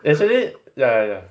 actually ya ya ya